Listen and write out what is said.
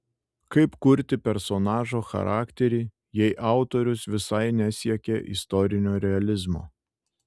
kaip kurti personažo charakterį jei autorius visai nesiekė istorinio realizmo